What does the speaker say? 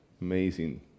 amazing